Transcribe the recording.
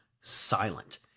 silent